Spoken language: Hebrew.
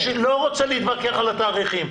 לא רוצה להתווכח על התאריכים.